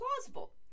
plausible